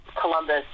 Columbus